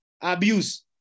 abuse